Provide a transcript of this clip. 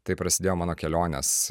taip prasidėjo mano kelionės